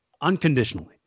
unconditionally